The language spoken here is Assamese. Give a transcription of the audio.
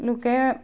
লোকে